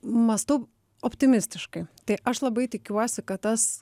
mąstau optimistiškai tai aš labai tikiuosi kad tas